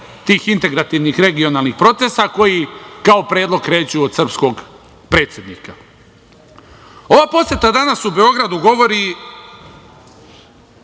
tih integrativnih, regionalnih procesa koji kao predlog kreću od srpskog predsednika. Ova poseta danas u Beogradu govori